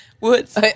Woods